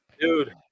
Dude